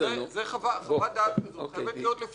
חוות דעת כזאת חייבת להיות לפנינו.